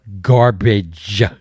garbage